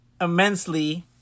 immensely